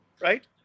right